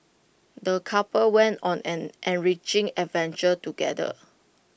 the couple went on an enriching adventure together